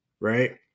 Right